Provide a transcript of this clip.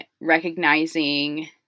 recognizing